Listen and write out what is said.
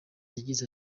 yagize